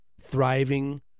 thriving